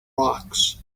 rocks